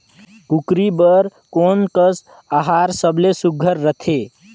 कूकरी बर कोन कस आहार सबले सुघ्घर रथे?